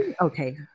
Okay